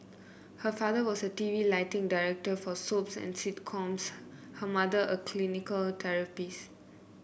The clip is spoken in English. her father was a T V lighting director for soaps and sitcoms her mother a clinical therapist